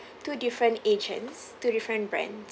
two different agents two different brands